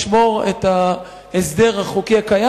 לשמור את ההסדר החוקי הקיים.